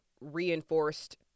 reinforced